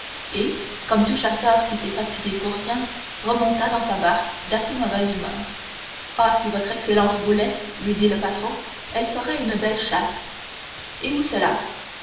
et comme tout chasseur qui s'est fatigué pour rien il remonta dans sa barque d'assez mauvaise humeur ah si votre excellence voulait lui dit le patron elle ferait une belle chasse et où cela